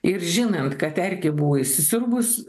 ir žinant kad erkė buvo įsisiurbus